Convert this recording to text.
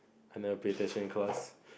I never pay attention in class